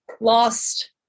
lost